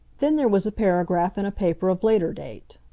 then there was a paragraph in a paper of later date